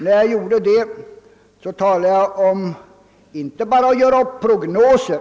När jag gjorde det talade jag inte bara om att göra upp prognoser.